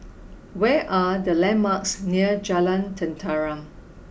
where are the landmarks near Jalan Tenteram